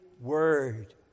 word